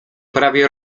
prawie